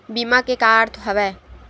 बीमा के का अर्थ हवय?